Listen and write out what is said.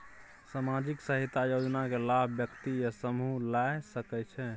सामाजिक सहायता योजना के लाभ व्यक्ति या समूह ला सकै छै?